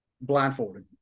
blindfolded